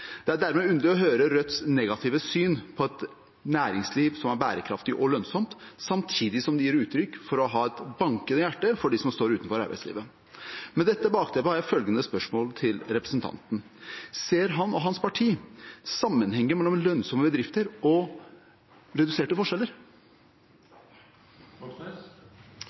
Det er dermed underlig å høre Rødts negative syn på et næringsliv som er bærekraftig og lønnsomt, samtidig som de gir uttrykk for å ha et bankende hjerte for dem som står utenfor arbeidslivet. Med dette bakteppet har jeg følgende spørsmål til representanten: Ser han og hans parti sammenhengen mellom lønnsomme bedrifter og reduserte